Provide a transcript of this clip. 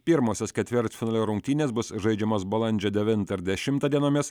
pirmosios ketvirtfinalio rungtynės bus žaidžiamos balandžio devinta ir dešima dienomis